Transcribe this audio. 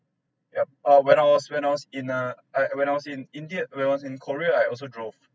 yup uh when I was when I was in a I when I was in india when was in korea I also drove